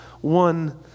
one